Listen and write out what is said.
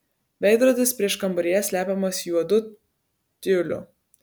veidrodis prieškambaryje slepiamas juodu tiuliu